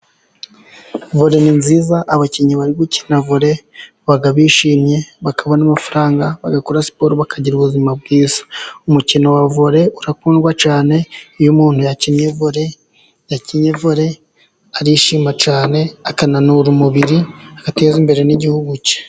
Vole ni nziza. Abakinnyi bari gukina vole baba bishimye, bakabona amafaranga, bagakora siporo bakagira ubuzima bwiza. Umukino wa vole urakundwa cyane. Iyo umuntu yakinnye vole arishima cyane, akananura umubiri, ateza imbere n'igihugu cye.